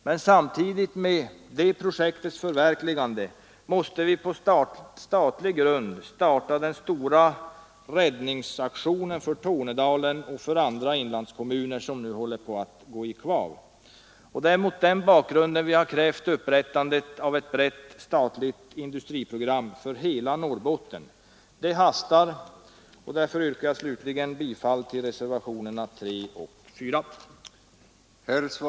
Men samtidigt med detta projekts förverkligande måste vi, på statlig grund, starta den stora räddningsaktionen för Tornedalen och andra inlandskommuner som nu håller på att gå i kvav. Det är mot den bakgrunden som vpk har krävt upprättandet av ett brett statligt industriprogram för hela Norrbotten. Det hastar, och därför yrkar jag bifall till reservationerna 3 och 4.